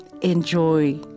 Enjoy